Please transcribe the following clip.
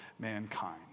mankind